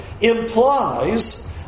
implies